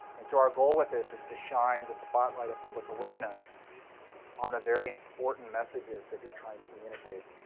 and so our goal with this is to shine the spotlight of public awareness on the very important messages that you're trying to communicate.